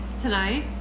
Tonight